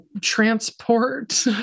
Transport